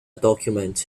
document